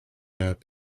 have